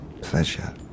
Pleasure